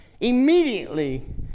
Immediately